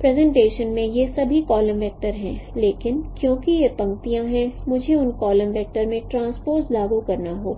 presentation में ये सभी कॉलम वैक्टर हैं लेकिन चूंकि ये पंक्तियाँ हैं मुझे उन कॉलम वैक्टरों में ट्रांसपोज़ लागू करना होगा